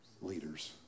leaders